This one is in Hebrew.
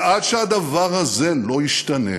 ועד שהדבר הזה לא ישתנה,